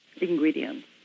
ingredients